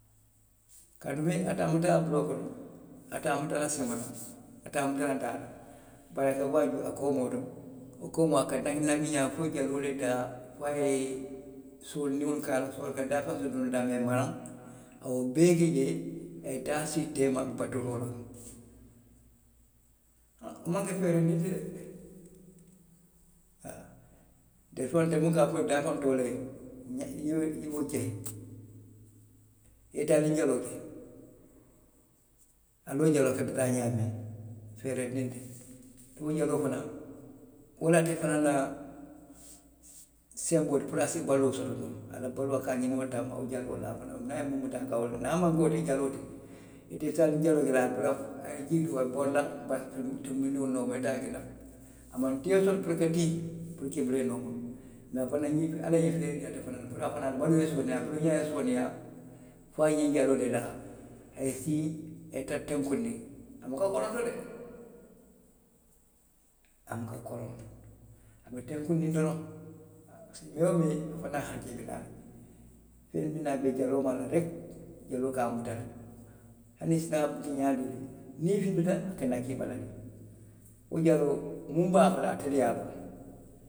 Kaatu niŋ a ye a muta a buloo kono, ate a muta la a siŋo la ate a muta a daa la, bari a ka juo, bo a koomoo to, koomaa a ka nakiŋ nakiŋ ňaamiŋ fo jaloolu ye taa fo a ye soondiŋolu ka a la, a soolata feŋolu minnu la si duŋ noo daamiŋ i ye maraŋ. A ye wo bee ki jee. A ye taa sii teema baturoo la. Ha, wo maŋ ke feerendi ti de, haa. Ntelu faŋolu, ntelu minnu ka a fo daafeŋolu ye toolee. niŋ i ye wo je. i ye taaliŋ jaloo je. a la jaloo ka dadaa ňaamiŋ, feereendiŋ teŋ. Duŋ wo jaloo fanaŋ. wo loŋ ate fanaŋ na senboo ti puru a se baluo soto noo, ala baluo, a ka a ňiniŋ wo le jaloo le la. niŋ a ye miŋ muta, ka wo domo; niŋ a maŋ ke wo jaloo ti, ite taaliŋ jaloo je la, a ye jii duuma, a be bori la tunbi ndiŋolu nooma. Ite a je la. A maŋ tio soto puru ka tii. puru ka bula i nooma. Duŋ fanaŋ, ala ye ňiŋ dii ate fanaŋ na puru a la baluo ye sooneyaa, a keeňaa ye sooneyaa. fo a ye ňiŋ jaloo dadaa. A ye sii, a ye tara tenkundiŋ. A muka koronto de, a muka koronto. A be tenkundiŋ doroŋ, haa, a si mee woo mee. a fanaŋ harijee bi naa la le feŋ bi naa, a be jaloo maa reki. jaloo ka a muta le. hani i si naa ke ňaadii le. niň i i fitifita, a ka naki i bala le. Wo jaloo, miŋ be a bala, ate le ye a loŋ.